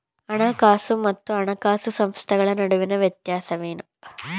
ಹಣಕಾಸು ಮತ್ತು ಹಣಕಾಸು ಸಂಸ್ಥೆಗಳ ನಡುವಿನ ವ್ಯತ್ಯಾಸವೇನು?